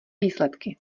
výsledky